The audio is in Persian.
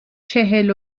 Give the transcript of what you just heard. چهل